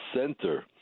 center